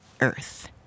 Earth